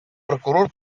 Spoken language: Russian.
прокурор